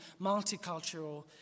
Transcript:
multicultural